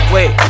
Wait